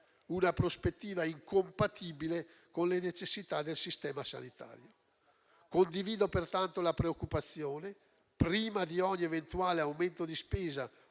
una prospettiva incompatibile con le necessità del Sistema sanitario. Condivido pertanto la preoccupazione: prima di ogni eventuale aumento di spesa